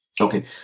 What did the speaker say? Okay